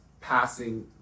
passing